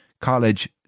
College